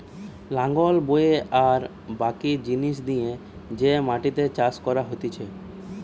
লাঙল বয়ে আর বাকি জিনিস দিয়ে যে মাটিতে চাষ করা হতিছে